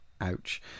Ouch